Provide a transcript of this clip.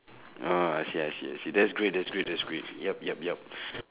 oh I see I see I see that's great that's great that's great yup yup yup